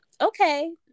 okay